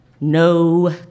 no